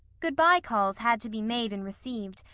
good-bye calls had to be made and received,